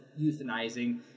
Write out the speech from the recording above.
euthanizing